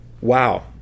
Wow